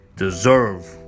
Deserve